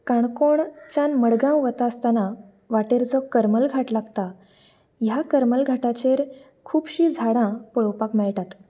काणकोणच्यान मडगांव वता आसतना वाटेर जो करमलघाट लागता ह्या करमलघाटाचेर खुबशीं झाडां पळोवपाक मेळटात